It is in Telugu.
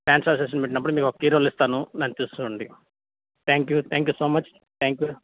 ఫ్యాన్స్ అసోసియేషన్ పెట్టినప్పుడు మీకొక కీ రోల్ ఇస్తాను దాన్ని చూసుకోండి thank you thank you so much thank you